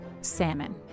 salmon